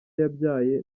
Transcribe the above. yabyaye